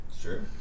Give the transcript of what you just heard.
Sure